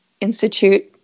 Institute